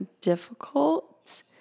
difficult